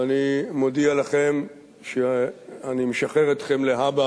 ואני מודיע לכם שאני משחרר אתכם להבא